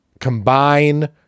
combine